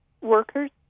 workers